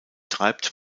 treibt